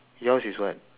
yours is what